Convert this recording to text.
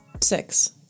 Six